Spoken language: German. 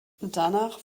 danach